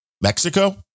Mexico